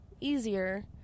easier